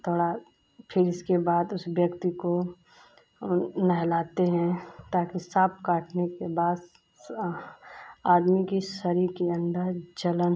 थोड़ा फिर इसके बाद उस व्यक्ति को नहलाते हैं ताकि सांप काटने के बाद आदमी के शरीर के अंदर जलन